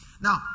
Now